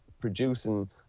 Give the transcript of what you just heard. producing